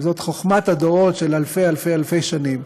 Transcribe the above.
זאת חוכמת הדורות של אלפי אלפי אלפי שנים.